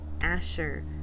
Asher